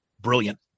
Brilliant